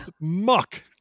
muck